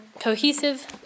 cohesive